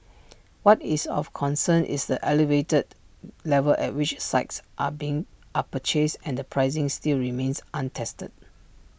what is of concern is the elevated level at which sites are being are purchased and the pricing still remains untested